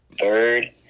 third